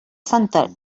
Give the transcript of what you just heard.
santa